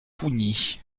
pougny